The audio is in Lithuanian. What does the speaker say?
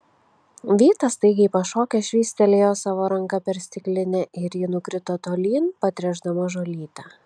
vytas staigiai pašokęs švystelėjo savo ranka per stiklinę ir ji nukrito tolyn patręšdama žolytę